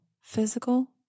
physical